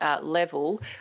level